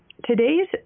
Today's